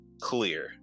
clear